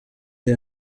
iri